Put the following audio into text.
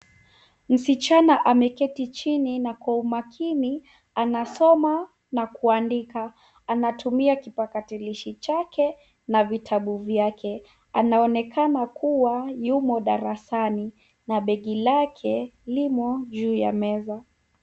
Msichana ameketi chini na kwa umakini anasoma na kuandika, anatumia kipakatalishi chake na vitabu vyake. Anaonekana kua yumo darasani na begi lake limo juu ya meza.